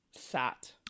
Sat